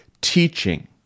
teaching